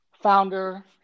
founder